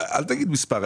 אל תגיד מספר.